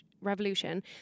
revolution